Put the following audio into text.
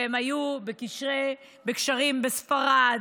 והם היו בקשרים בספרד,